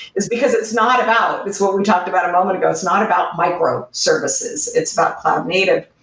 is because it's not about it's what we talked about a moment ago. it's not about microservices. it's about cloud native.